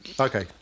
Okay